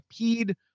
peed